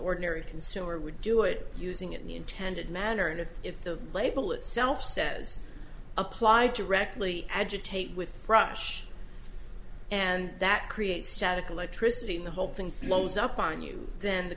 ordinary consumer would do it using it in the intended manner and if the label itself says applied directly agitate with crush and that creates static electricity in the whole thing blows up on you then the